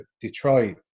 Detroit